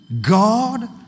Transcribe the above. God